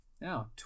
now